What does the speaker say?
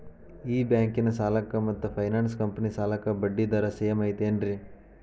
ಈ ಬ್ಯಾಂಕಿನ ಸಾಲಕ್ಕ ಮತ್ತ ಫೈನಾನ್ಸ್ ಕಂಪನಿ ಸಾಲಕ್ಕ ಬಡ್ಡಿ ದರ ಸೇಮ್ ಐತೇನ್ರೇ?